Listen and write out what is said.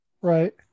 Right